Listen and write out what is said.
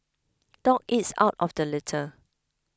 dog eats out of the litter